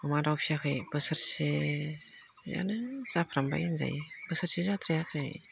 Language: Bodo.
अमा दाउ फिसियाखै बोसोरसेयानो जाफ्रामबाय होनजायो बोसोरसे जाद्रायाखै